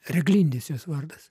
reglindis jos vardas